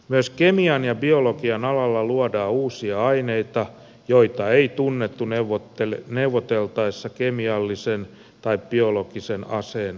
myös kemian ja biologian alalla luodaan uusia aineita joita ei tunnettu neuvoteltaessa kemiallisen tai biologisen aseen kieltosopimuksia